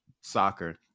soccer